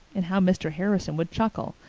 and how mr. harrison would chuckle!